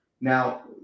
Now